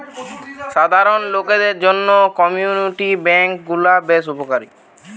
সাধারণ লোকদের জন্য কমিউনিটি বেঙ্ক গুলা বেশ উপকারী